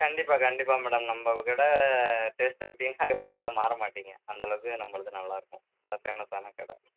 கண்டிப்பாக கண்டிப்பாக மேடம் நம்ப கடை டேஸ்ட்டை விட்டிங்கனா அதுக்கப்புறோம் கடை மாற மாட்டிங்க அந்த அளவுக்கு நம்பளுது நல்லாயிருக்கும் நல்லா ஃபேமஸான கடை